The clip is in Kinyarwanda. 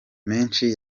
menshi